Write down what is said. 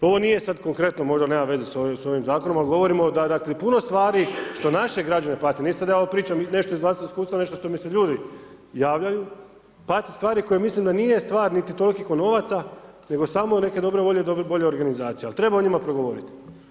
Ovo nije sad konkretno, možda nema veze sa ovim zakonom ali govorimo da puno stvari što naše građane pati, ne sad da ja ovo pričam nešto iz vlastitog iskustva nešto što mi se ljudi javljaju, pati stvari koje mislim da nije stvar niti toliko novaca nego samo neke dobre volje i bolje organizacije ali treba o njima progovoriti.